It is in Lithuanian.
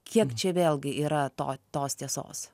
kiek čia vėlgi yra to tos tiesos